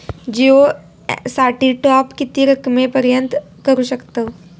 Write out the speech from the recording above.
जिओ साठी टॉप किती रकमेपर्यंत करू शकतव?